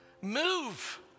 Move